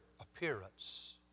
appearance